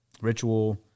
ritual